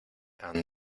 han